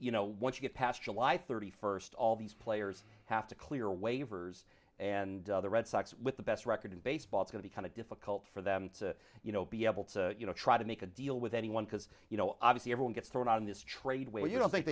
you know once you get past july thirty first all these players have to clear waivers and the red sox with the best record in baseball is going to kind of difficult for them to you know be able to you know try to make a deal with anyone because you know obviously everyone gets thrown out in this trade where you don't think